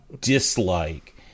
dislike